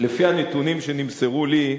לפי הנתונים שנמסרו לי,